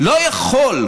לא יכול,